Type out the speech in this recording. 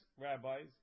rabbis